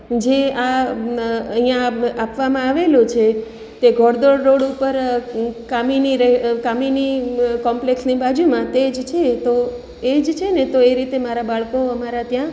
જે આ અહીંયા આપવામાં આવેલું છે તે ઘોડદોડ રોડ ઉપર કામિની કામિની કોંપ્લેક્સની બાજુમાં તે જ છે એ તો એ જ છે ને તો એ રીતે મારા બાળકો અમારા ત્યાં